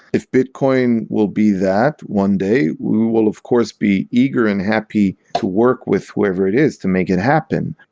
if bitcoin will be that one day, we will of course be eager and happy to work with whoever it is to make it happen.